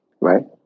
Right